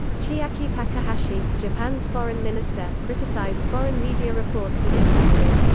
chiaki takahashi, japan's foreign minister, criticized foreign media reports as excessive.